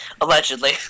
Allegedly